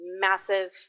massive